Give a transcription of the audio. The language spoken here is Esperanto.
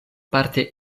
parte